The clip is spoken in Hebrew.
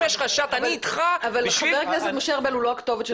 אני איתך בשביל --- אבל חבר הכנסת משה ארבל הוא לא הכתובת שלנו.